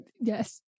Yes